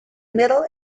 middle